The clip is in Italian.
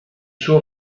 suo